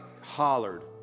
hollered